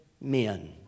men